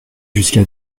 jusqu’à